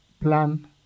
plan